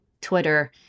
Twitter